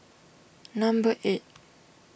number eight